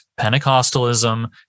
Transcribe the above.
Pentecostalism